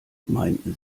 meinten